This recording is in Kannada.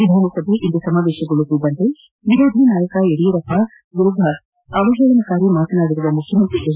ವಿಧಾನಸಭೆ ಇಂದು ಸಮಾವೇಶಗೊಳ್ಳುತ್ತಿದ್ದಂತೆ ವಿರೋಧಿ ನಾಯಕ ಯಡಿಯೂರಪ್ಪ ವಿರುದ್ದ ಅವಹೇಳನಕಾರಿ ಮಾತನಾಡಿರುವ ಮುಖ್ಯಮಂತ್ರಿ ಎಚ್